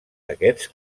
aquests